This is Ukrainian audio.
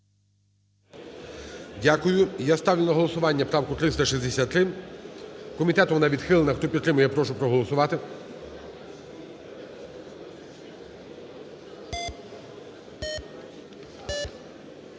Дякую. Я ставлю на голосування правку 363, комітетом вона відхилена. Хто підтримує, я прошу проголосувати.